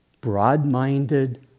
broad-minded